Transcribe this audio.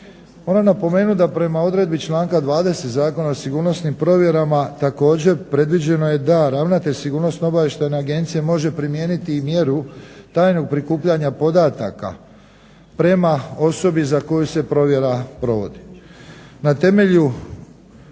Moram napomenut da prema odredbi članka 20. Zakona o sigurnosnim provjerama također predviđeno je da ravnatelj sigurnosno-obavještajne agencije može primijeniti i mjeru tajnog prikupljanja podataka prema osobi za koju se provjera provodi.